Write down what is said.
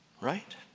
right